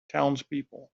townspeople